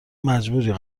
مجبوری